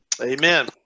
Amen